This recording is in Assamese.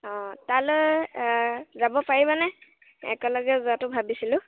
অঁ তালৈ যাব পাৰিবানে একেলগে যোৱাটো ভাবিছিলোঁ